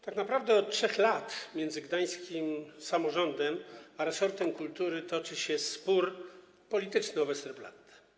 Tak naprawdę od 3 lat między gdańskim samorządem a resortem kultury toczy się spór polityczny o Westerplatte.